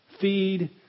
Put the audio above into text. feed